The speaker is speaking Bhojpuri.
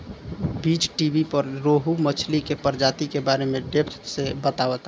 बीज़टीवी पर रोहु मछली के प्रजाति के बारे में डेप्थ से बतावता